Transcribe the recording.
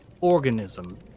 organism